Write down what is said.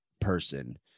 person